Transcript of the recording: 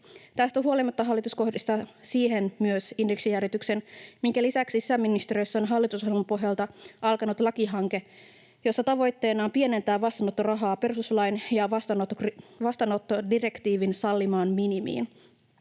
Tästä huolimatta hallitus kohdistaa myös siihen indeksijäädytyksen, minkä lisäksi sisäministeriössä on hallitusohjelman pohjalta alkanut lakihanke, jossa tavoitteena on pienentää vastaanottorahaa perustuslain ja vastaanottodirektiivin sallimaan minimiin.